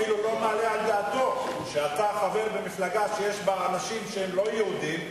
אפילו לא מעלה על דעתו שאתה חבר במפלגה שיש בה אנשים שהם לא-יהודים,